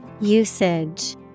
Usage